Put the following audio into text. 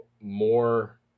more